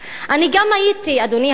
אני גם הייתי, אדוני השר,